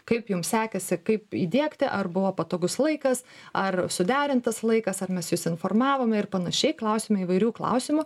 kaip jums sekasi kaip įdiegti ar buvo patogus laikas ar suderintas laikas ar mes jus informavome ir panašiai klausiame įvairių klausimų